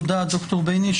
תודה ד"ר ביניש,